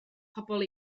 pobl